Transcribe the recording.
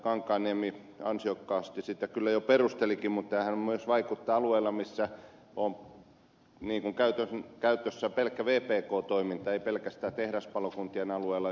kankaanniemi ansiokkaasti sitä kyllä jo perustelikin mutta tämähän myös vaikuttaa alueella missä on käytössä pelkkä vpk toiminta ei pelkästään tehdaspalokuntien alueella